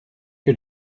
que